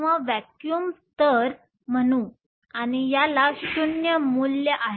तर आपण याला व्हॅक्यूम स्तर म्हणू आणि याला 0 मूल्य आहे